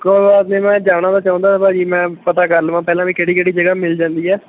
ਕੋਈ ਬਾਤ ਨਹੀਂ ਮੈਂ ਜਾਣਾ ਤਾਂ ਚਾਹੁੰਦਾ ਭਾਅ ਜੀ ਮੈਂ ਪਤਾ ਕਰ ਲਵਾਂ ਪਹਿਲਾ ਵੀ ਕਿਹੜੀ ਕਿਹੜੀ ਜਗ੍ਹਾ ਮਿਲ ਜਾਂਦੀ ਹੈ